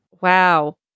Wow